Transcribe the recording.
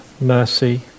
mercy